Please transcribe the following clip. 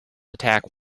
attack